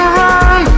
run